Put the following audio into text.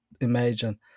imagine